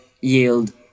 yield